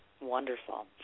Wonderful